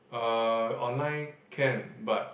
uh online can but